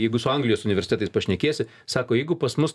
jeigu su anglijos universitetais pašnekėsi sako jeigu pas mus